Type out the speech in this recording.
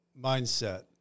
mindset